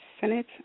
Senate